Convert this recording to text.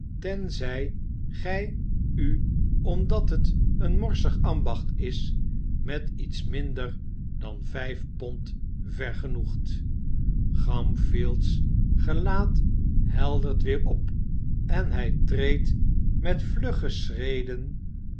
tenzij gij u omdat het een morsig ambacht is met iets minder dan vijf pond vergenoegt gamfield's gelaat heldert weer op en hij treedt met vlugge schreden